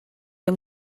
yng